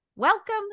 Welcome